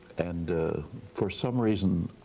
and for some reason